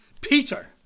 Peter